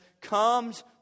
comes